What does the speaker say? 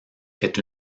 est